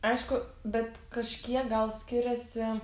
aišku bet kažkiek gal skiriasi